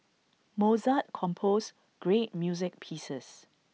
Mozart composed great music pieces